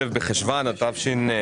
א' בחשוון התשפ"ג,